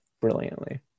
brilliantly